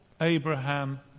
Abraham